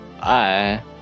Bye